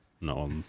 No